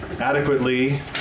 adequately